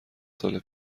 سال